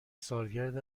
سالگرد